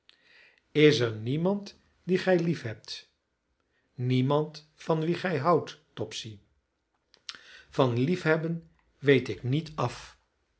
is er niemand dien gij liefhebt niemand van wien gij houdt topsy van liefhebben weet ik niet af